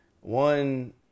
one